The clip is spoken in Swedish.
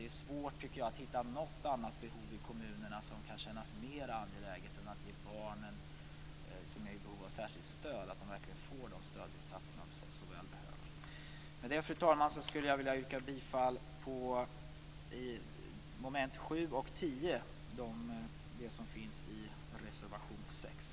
Jag tycker att det är svårt att hitta något annat behov i kommunerna som kan kännas mer angeläget än att ge de barn som är i behov av särskilt stöd det stöd de såväl behöver. Med det, fru talman, skulle jag vilja yrka bifall till reservation 6 under mom. 7 och mom. 10.